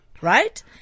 Right